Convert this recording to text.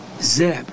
zeb